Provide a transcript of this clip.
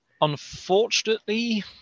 Unfortunately